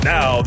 Now